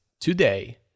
today